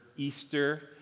Easter